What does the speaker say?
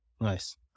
Nice